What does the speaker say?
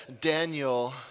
Daniel